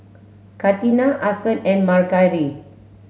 Katina Ason and Margery